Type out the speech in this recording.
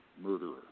murderer